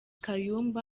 kayumba